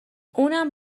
اونم